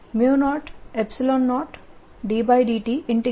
dl00ddtE